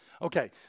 Okay